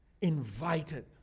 Invited